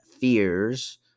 fears